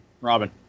Robin